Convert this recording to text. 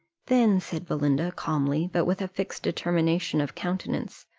then, said belinda, calmly, but with a fixed determination of countenance,